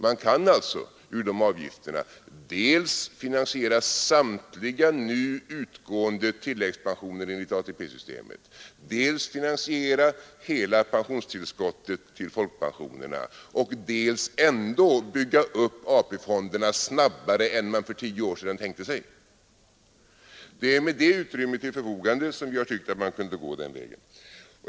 Man kan alltså ur de avgifterna dels finansiera samtliga nu utgående tilläggspensioner enligt ATP-systemet, dels finansiera hela pensionstillskottet till folkpensionerna, dels ändå bygga upp AP-fonderna snabbare än man för tio år sedan tänkte sig. Det är med det utrymmet till förfogande som vi har tyckt att man kunde gå den vägen.